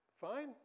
fine